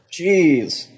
Jeez